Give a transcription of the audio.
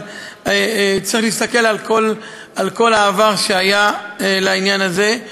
אבל צריך להסתכל על כל העבר שהיה לעניין הזה.